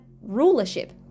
rulership